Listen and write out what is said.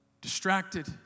distracted